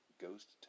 ghost